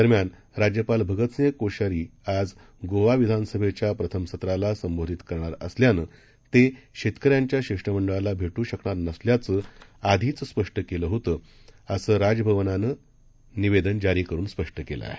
दरम्यानराज्यपालभगतसिंहकोश्यारीआजगोवाविधानसभेच्याप्रथमसत्रालासंबोधितकरणारअसल्यानं तेशेतकऱ्यांच्याशिष्टमंडळालाभेटूशकणारनसल्याचंआधीचस्पष्टकेलेलंहोतंअसंराजभवनानंनिवेदनजारीकरूनस्पष्टकेलंआहे